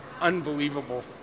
unbelievable